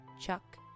Chuck